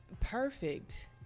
perfect